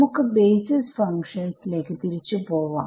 നമുക്ക് ബേസിസ് ഫങ്ക്ഷൻസ്ലേക്ക് തിരിച്ചു പോവാം